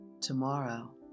Tomorrow